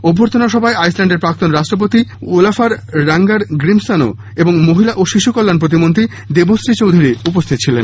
অভ্যর্থনা সভায় আইসল্যান্ডের প্রাক্তন রাষ্ট্রপতি আলাফার রাঙ্গার গ্রিমসন এবং মহিলা ও শিশু কল্যাণ প্রতিমন্ত্রী দেবশ্রী চৌধুরী উপস্থিত ছিলেন